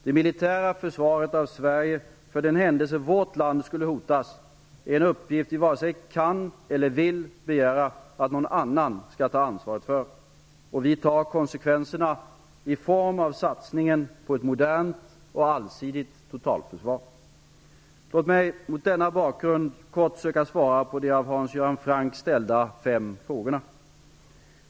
Det militära försvaret av Sverige för den händelse vårt land skulle hotas är en uppgift som vi varken kan eller vill begära att någon annan skall ta ansvaret för. Och vi tar konsekvenserna i form av satsning på ett modernt och allsidigt totalförsvar. Låt mig mot denna bakgrund kort söka svara på de av Hans Göran Franck ställda fem frågorna.